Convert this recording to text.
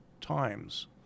times